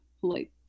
polite